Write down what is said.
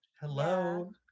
hello